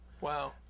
Wow